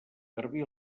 garbí